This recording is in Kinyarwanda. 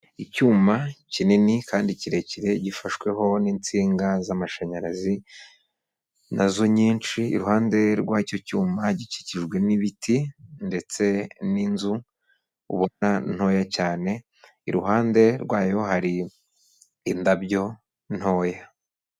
Icyuma kinini kandi kirekire gifashweho n'insinga z'amashanyarazi nazo nyinshi, iruhande rw'cyo cyuma gikikijwe n'ibiti ndetse n'inzu ubona ntoya cyane, iruhande rwayo hari indabyo ntoya.